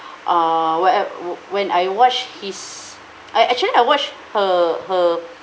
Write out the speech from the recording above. uh whenever when I watch his I actually I watch her her